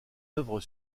œuvres